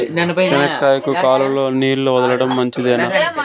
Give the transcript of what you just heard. చెనక్కాయకు కాలువలో నీళ్లు వదలడం మంచిదేనా?